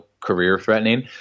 career-threatening